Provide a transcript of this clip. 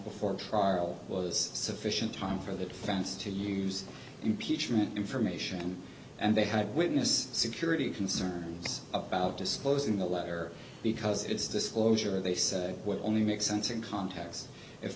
before trial was sufficient time for the defense to use impeachment information and they had witness security concerns about disclosing the letter because it's disclosure they said would only make sense in context if